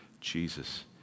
Jesus